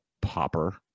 popper